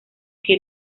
que